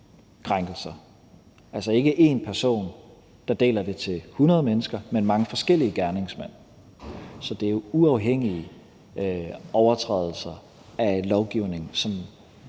handler altså ikke om én person, der deler det til 100 mennesker, men om mange forskellige gerningsmænd. Så det er jo uafhængige overtrædelser af lovgivningen, som